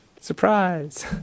Surprise